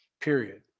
period